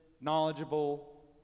knowledgeable